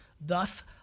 Thus